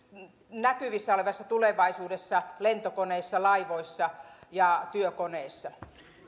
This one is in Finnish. näkyvissä olevassa tulevaisuudessa lentokoneissa laivoissa ja työkoneissa